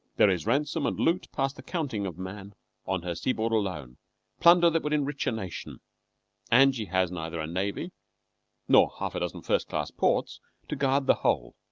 there is ransom and loot past the counting of man on her seaboard alone plunder that would enrich a nation and she has neither a navy nor half a dozen first-class ports to guard the whole.